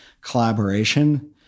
collaboration